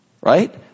Right